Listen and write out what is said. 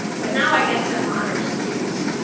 but now i get to honor students,